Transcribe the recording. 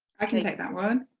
i can take that one,